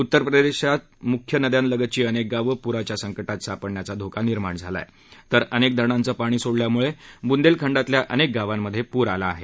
उत्तर प्रदेशात मुख्य नद्यांलगतची अनेक गावं पूराच्या संकटात सापडण्याचा धोका निर्माण झाला आहे तर अनेक धरणांचं पाणी सोडल्यामुळे बुंदेलखंडातल्या अनेक गावांमध्ये पूर आला आहे